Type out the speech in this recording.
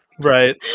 Right